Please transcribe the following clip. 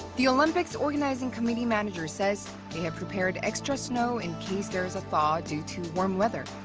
the olympics organizing committee manager says they have prepared extra snow in case there's a thaw due to warm weather,